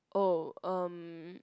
oh erm